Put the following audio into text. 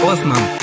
Osman